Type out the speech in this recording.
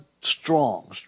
strong